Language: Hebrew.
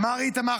מר איתמר,